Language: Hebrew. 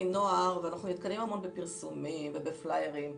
נוער אנחנו נתקלים הרבה בפרסומים ובפלאיירים.